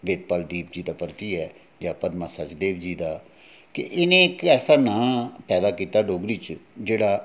वेदपाल दीप दा परतियै जां पद्मा सचदेव जी के इ'नें इ ऐसा नांऽ पैदा कीता डोगरी च जेह्ड़ा